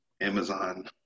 Amazon